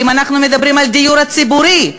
ואם אנחנו מדברים על הדיור הציבורי,